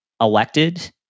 elected